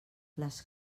les